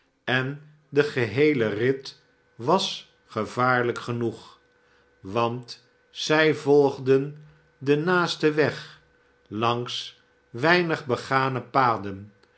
en de geheele rit wasgevaarhjk genoeg want zij volgden den naasten weg langs weinig begane paden